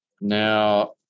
Now